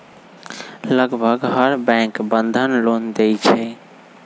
लगभग हर bank Bandhan loan देई छई